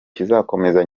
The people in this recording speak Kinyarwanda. kizakomeza